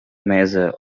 measure